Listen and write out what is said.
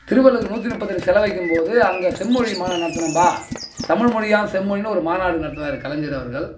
திருவள்ளுவர் நூற்றி முப்பத்தெடி சிலை வைக்கும் போது அங்க செம்மொழி மாநாடு நடத்துனப்பா தமிழ் மொழியாம் செம்மொழின்னு ஒரு மாநாடு நடத்துனார் கலைஞர் அவர்கள்